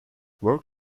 work